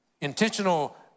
intentional